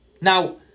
Now